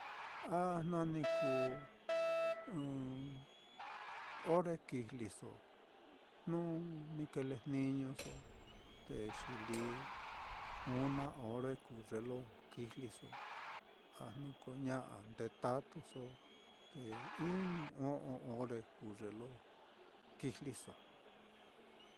A jna ni kuu ɨ́ɨ́n ore kijlisojnu ni kelejniñoso, te xi lí una ore kuu ye lo kijliso, a jnu ko ña'a, ndetatuso te iñu, o'on ore kuu ye lo kijliso.